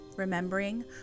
Remembering